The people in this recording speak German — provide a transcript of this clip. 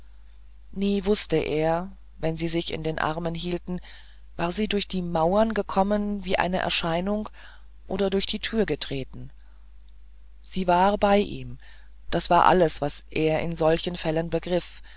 nie wußte er wenn sie sich in den armen hielten war sie durch die mauern gekommen wie eine erscheinung oder durch die tür getreten sie war bei ihm das war alles was er in solchen fällen begriff